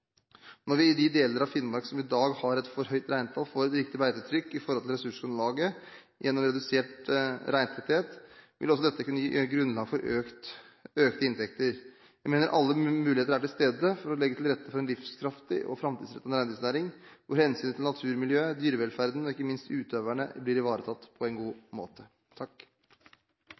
Når vi i de deler av Finnmark som i dag har et for høyt reintall, får et riktig beitetrykk i forhold til ressursgrunnlaget gjennom redusert reintetthet, vil også dette kunne gi grunnlag for økte inntekter. Jeg mener alle muligheter er til stede for å legge til rette for en livskraftig og framtidsrettet reindriftsnæring, hvor hensynet til naturmiljøet, dyrevelferden og ikke minst utøverne blir ivaretatt på en god måte.